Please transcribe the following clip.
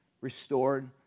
restored